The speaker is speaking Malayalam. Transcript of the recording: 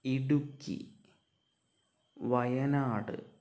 ഇടുക്കി വയനാട്